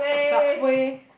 subway